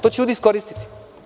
To će ljudi iskoristiti.